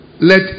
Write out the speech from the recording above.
let